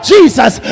Jesus